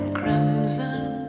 crimson